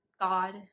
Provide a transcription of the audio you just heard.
God